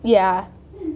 ya